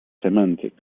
semantics